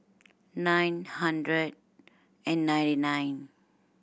nine hundred and ninety nine